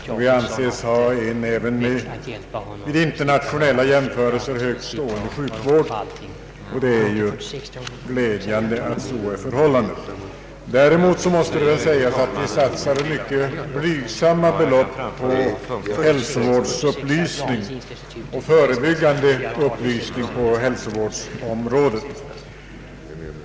Herr talman! Vi satsar årligen miljarder på sjukvård i det här landet. Vi anses också ha en även vid internationella jämförelser högtstående sjukvård, och det är glädjande att så är förhållandet. Däremot måste det väl sägas att vi satsar mycket blygsamma belopp på hälsovårdsupplysning och förebyggande åtgärder på hälsovårdsområdet.